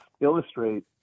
illustrate